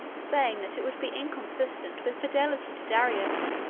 saying that it would be inconsistent with fidelity to darius,